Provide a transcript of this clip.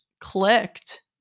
clicked